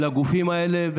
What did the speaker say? לגופים האלה.